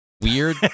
weird